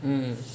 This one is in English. hmm